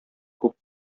күп